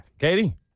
Katie